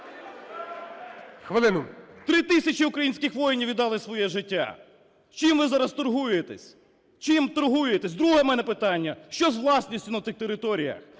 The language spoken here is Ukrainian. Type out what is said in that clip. А.М. Три тисячі українських воїнів віддали своє життя. Чим ви зараз торгуєтесь? Чим торгуєтесь? Друге у мене питання. Що з власністю на тих територіях?